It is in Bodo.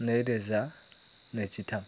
नैरोजा नैजिथाम